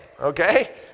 okay